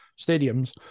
stadiums